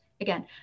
again